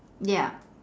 ya